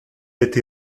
été